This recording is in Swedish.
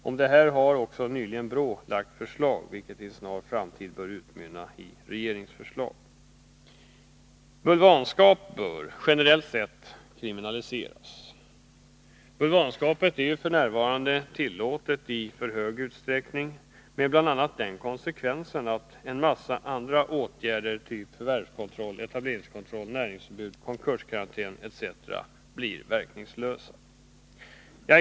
Om detta har nyligen BRÅ lagt fram ett förslag, vilket i en snar framtid bör utmynna i ett regeringsförslag. Bulvanskap bör, generellt sett, kriminaliseras. Bulvanskapet är f.n. tillåtet i för stor utsträckning, med bl.a. den konsekvensen att en mängd andra åtgärder, typ förvärvskontroll, etableringskontroll, näringsförbud, konkurskarantän etc. blir verkningslösa.